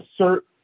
assert